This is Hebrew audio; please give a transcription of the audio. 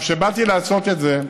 כשבאתי לעשות את זה,